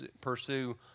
pursue